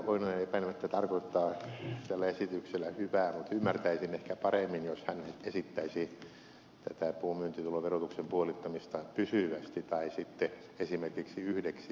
oinonen epäilemättä tarkoittaa tällä esityksellä hyvää mutta ymmärtäisin ehkä paremmin jos hän esittäisi tätä puun myyntituloverotuksen puolittamista pysyvästi tai esimerkiksi yhdeksi vuodeksi